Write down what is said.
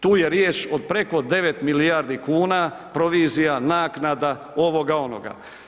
Tu je riječ od preko 9 milijardi kuna, provizija, naknada, ovoga, onoga.